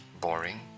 boring